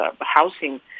housing